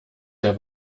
der